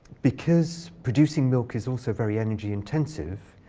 because producing milk is also very energy intensive,